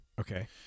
Okay